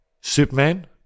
Superman